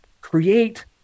create